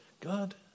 God